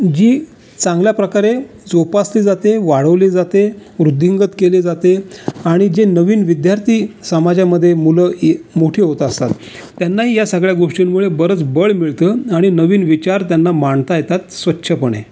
जी चांगल्याप्रकारे जोपासली जाते वाढवली जाते वृद्धिंगत केली जाते आणि जे नवीन विद्यार्थी समाजामध्ये मुलं ए मोठी होत असतात त्यांनाही या सगळ्या गोष्टींमुळे बरंच बळ मिळतं आणि नवीन विचार त्यांना मांडता येतात स्वच्छपणे